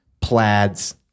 plaids